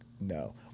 No